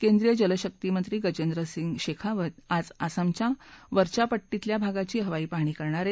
केंद्रीय जल शक्ति मंत्री गजेन्द्र सिंह शेखावत आज आसामच्या वरच्या पट्टीतील भागाची हवाई पाहणी करणार आहेत